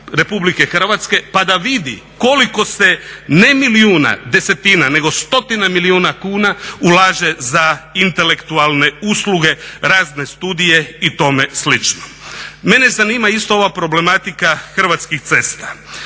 Republike Hrvatske pa da vidi koliko se, ne milijuna, desetina, nego stotine milijuna kuna ulaže za intelektualne usluge, razne studije i tome slično. Mene zanima isto ova problematika Hrvatskih cesta.